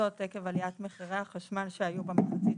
זאת עקב עליית מחירי החשמל שהיו במחצית